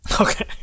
Okay